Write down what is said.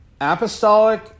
Apostolic